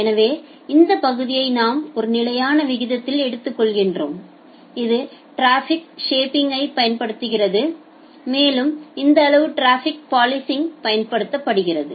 எனவே இந்த பகுதியை நாம் ஒரு நிலையான விகிதத்தில் எடுத்துச் செல்கிறோம் இது டிராபிக் ஷேப்பிங்யை பயன்படுத்துகிறது மேலும் இந்த அளவு டிராஃபிக் பாலிசிங்கை பயன்படுத்துகிறது